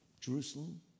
Jerusalem